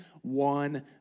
one